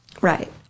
right